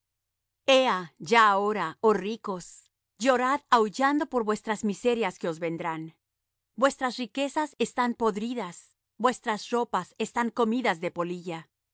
ya ahora oh ricos llorad aullando por vuestras miserias que os vendrán vuestras riquezas están podridas vuestras ropas están comidas de polilla